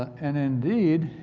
and indeed,